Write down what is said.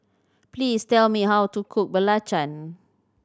please tell me how to cook belacan